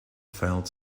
failed